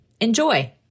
Enjoy